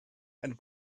and